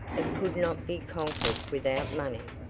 it could not be conquered without money.